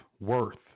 worth